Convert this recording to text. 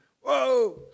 Whoa